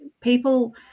people